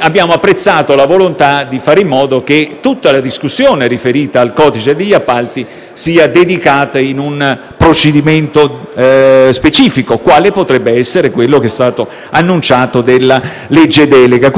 Abbiamo apprezzato la volontà di fare in modo che tutta la discussione riferita al codice degli appalti sia dedicata in un procedimento specifico, quale potrebbe essere quello annunciato, ossia la legge delega.